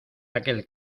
aquel